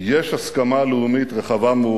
יש הסכמה לאומית רחבה מאוד,